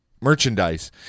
merchandise